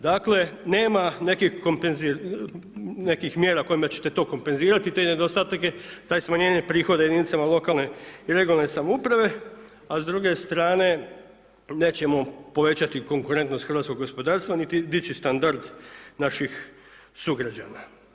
Dakle, nema nekih mjera kojima ćete to kompenzirati te nedostatak je taj smanjenje prihoda jedinicama lokalne i regionalne samouprave, a s druge strane nećemo povećati konkurentnost hrvatskog gospodarstva niti dići standard naših sugrađana.